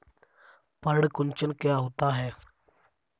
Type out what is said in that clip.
पर्ण कुंचन क्या होता है?